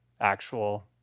actual